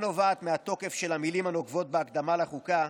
נובעים מהתוקף של המילים הנוקבות בהקדמה לחוקה,